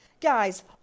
Guys